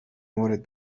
مورد